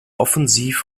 offensiv